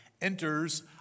enters